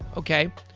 okay?